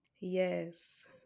Yes